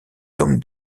tom